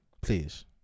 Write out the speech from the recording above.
please